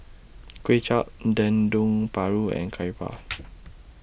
Kuay Chap Dendeng Paru and Curry Puff